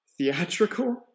theatrical